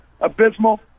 abysmal